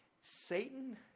Satan